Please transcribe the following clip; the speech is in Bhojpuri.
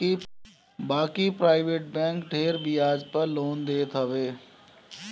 बाकी प्राइवेट बैंक ढेर बियाज पअ लोन देत हवे